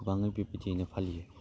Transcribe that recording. गोबांनो बेबायदियैनो फालियो